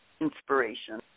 inspiration